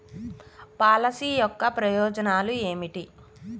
Policy యొక్క ప్రయోజనాలు ఏమిటి?